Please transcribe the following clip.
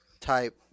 type